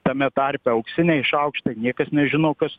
tame tarpe auksiniai šaukštai niekas nežino kas